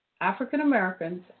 African-Americans